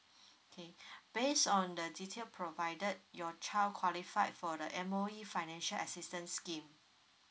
okay based on the detail provided your child qualified for the M_O_E financial assistance scheme